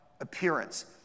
appearance